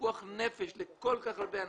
פיקוח נפש לכל כך הרבה אנשים.